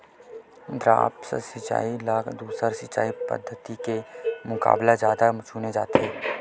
द्रप्स सिंचाई ला दूसर सिंचाई पद्धिति के मुकाबला जादा चुने जाथे